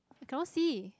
I cannot see